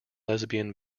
lesbian